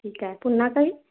ठीक आहे पुन्हा काही